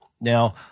Now